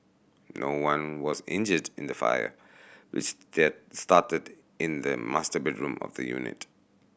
no one was injured in the fire which get started in the master bedroom of the unit